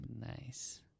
Nice